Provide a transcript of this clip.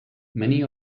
many